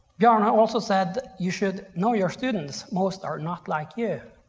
bjarne ah also said you should, know your students most are not like you,